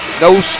no